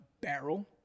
barrel